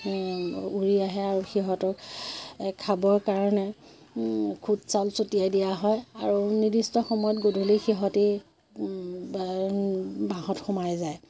উৰি আহে আৰু সিহঁতক খাবৰ কাৰণে খুদ চাউল ছটিয়াই দিয়া হয় আৰু নিৰ্দিষ্ট সময়ত গধূলি সিহঁতে বাঁহত সোমাই যায়